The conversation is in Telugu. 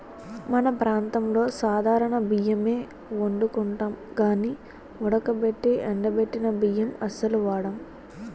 మన ప్రాంతంలో సాధారణ బియ్యమే ఒండుకుంటాం గానీ ఉడకబెట్టి ఎండబెట్టిన బియ్యం అస్సలు వాడం